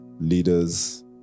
leaders